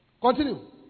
Continue